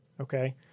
Okay